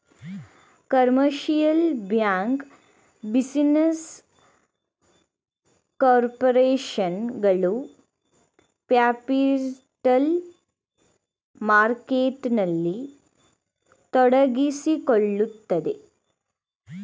commercial bank, business corporation ಗಳು capital ಮಾರ್ಕೆಟ್ನಲ್ಲಿ ತೊಡಗಿಸಿಕೊಳ್ಳುತ್ತದೆ